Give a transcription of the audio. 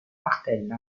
martel